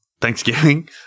Thanksgiving